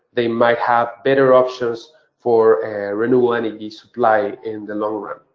they might have better options for renewable energy supply in the long run.